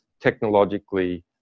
technologically